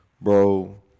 bro